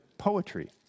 poetry